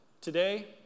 Today